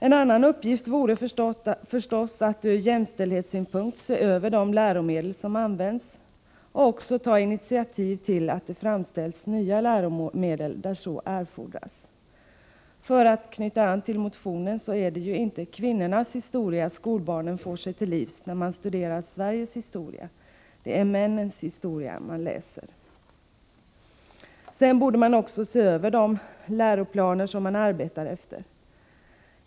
En annan uppgift vore förstås att ur jämställdhetssynpunkt se över de läromedel som används och ta initiativ till att det framställs nya läromedel där så erfordras. För att knyta an till motionen kan konstateras att det inte är kvinnornas historia som barnen får sig till livs när de studerar Sveriges historia, utan det är männens historia de läser. Vidare bör de läroplaner som man arbetar efter ses över.